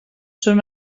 són